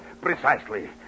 Precisely